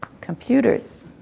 Computers